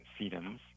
sedums